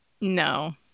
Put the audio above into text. No